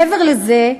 מעבר לזה,